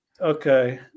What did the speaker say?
Okay